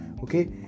okay